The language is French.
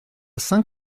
saint